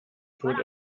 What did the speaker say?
tod